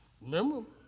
Remember